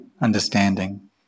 understanding